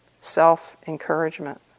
self-encouragement